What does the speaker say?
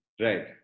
Right